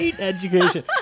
education